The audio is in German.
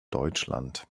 deutschland